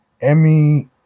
emmy